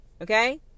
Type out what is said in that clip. Okay